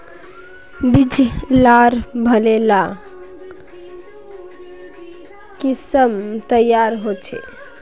बीज लार भले ला किसम तैयार होछे